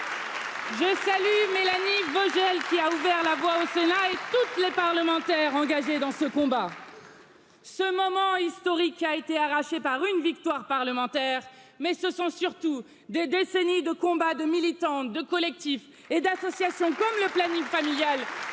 je salue mélanie vogel qui a ouvert la voie au sénat et toutes les parlementaires engagés dans ce combat ce moment historique a été arraché par une victoire parlementaire, mais ce sont surtout des décennies de combats de militantes, de collectifs et d'associations comme le planning familial